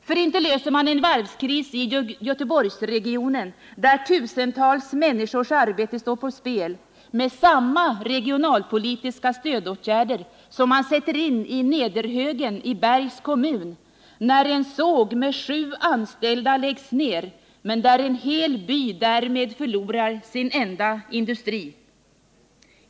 För inte löser man en varvskris i Göteborgsregionen, där tusentals människors arbete står på spel, med samma regionalpolitiska stödåtgärder som man sätter in i Nederhögen i Bergs kommun, där en såg med sju anställda läggs ner, men där en hel by därmed förlorar sin enda industri.